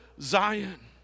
Zion